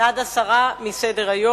זה בעד הסרה מסדר-היום.